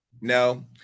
No